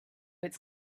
its